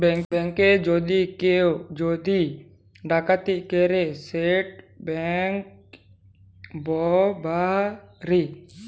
ব্যাংকে যদি কেউ যদি ডাকাতি ক্যরে সেট ব্যাংক রাবারি